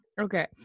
Okay